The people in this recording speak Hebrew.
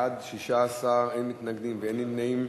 בעד, 16, אין מתנגדים ואין נמנעים.